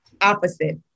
opposite